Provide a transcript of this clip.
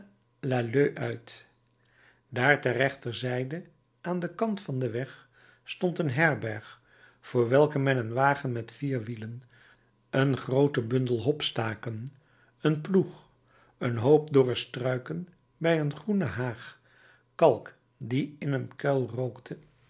braine lalleud uit dààr ter rechterzijde aan den kant van den weg stond een herberg voor welke men een wagen met vier wielen een grooten bundel hop staken een ploeg een hoop dorre struiken bij een groene haag kalk die in een kuil rookte